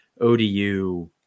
ODU